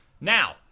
Now